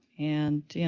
and,